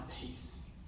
peace